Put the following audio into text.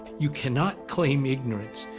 you cannot claim ignorance.